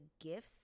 gifts